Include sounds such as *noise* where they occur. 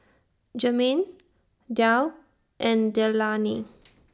Jermain Darl and Leilani *noise*